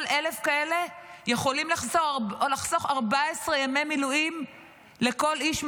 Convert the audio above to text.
כל 1,000 כאלה יכולים לחסוך 14 ימי מילואים לכל איש מילואים.